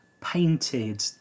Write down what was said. painted